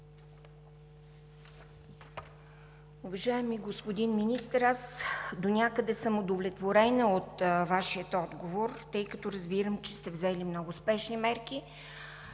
Уважаеми господин Министър, донякъде съм удовлетворена от Вашия отговор, тъй като разбирам, че сте взели много спешни мерки.